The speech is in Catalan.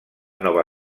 nova